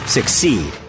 Succeed